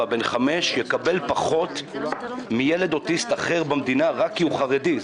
או בן חמש יקבל פחות מילד אוטיסט אחר במדינה רק כי הוא חרדי,